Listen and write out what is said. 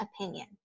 opinion